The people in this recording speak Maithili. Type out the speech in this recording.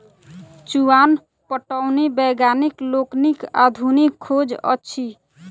चुआन पटौनी वैज्ञानिक लोकनिक आधुनिक खोज अछि